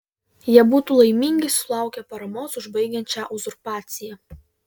jie būtų laimingi sulaukę paramos užbaigiant šią uzurpaciją